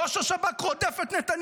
ראש השב"כ רודף את נתניהו,